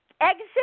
exit